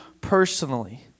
personally